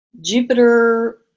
Jupiter